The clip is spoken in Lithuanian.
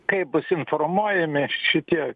kaip bus informuojami šitie